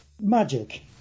Magic